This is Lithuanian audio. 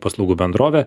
paslaugų bendrovė